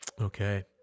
Okay